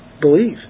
Believe